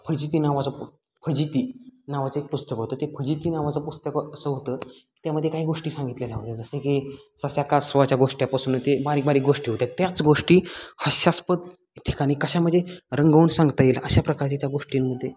फजिती नावाचं फजिती नावाचं एक पुस्तक होतं ते फजिती नावाचं पुस्तक असं होतं त्यामध्ये काही गोष्टी सांगितलेल्या होत्या जसे की ससाकासवाच्या गोष्टीपासून ते बारीक बारीक गोष्टी होत्या त्याच गोष्टी हस्यास्पद ठिकाणी कशा म्हणजे रंगवून सांगता येईल अशा प्रकारच्या त्या गोष्टींमध्ये